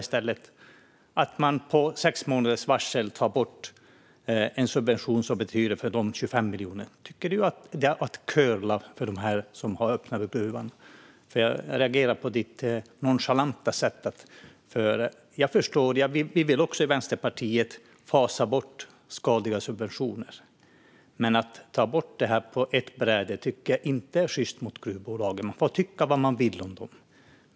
Är det att curla dem som har öppnat gruvan att med sex månaders varsel ta bort en subvention vars bortfall betyder ett tapp på 25 miljoner för företaget? Jag reagerar på ditt nonchalanta sätt. Jag förstår; Vänsterpartiet vill också fasa ut skadliga subventioner. Men att ta bort dem på ett bräde är inte sjyst mot gruvbolagen. Man får tycka vad man vill om dem.